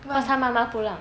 他妈妈不让